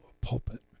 pulpit